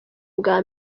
bwa